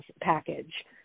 package